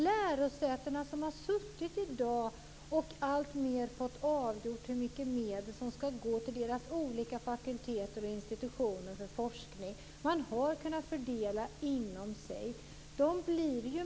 Lärosätena har i dag suttit och alltmer fått avgöra hur mycket medel som ska gå till deras olika fakulteter och institutioner för forskning, och de har kunnat fördela inom sig.